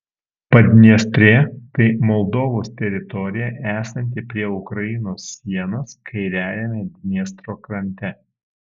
padniestrė tai moldovos teritorija esanti prie ukrainos sienos kairiajame dniestro krante